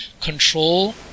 control